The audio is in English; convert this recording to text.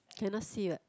cannot see what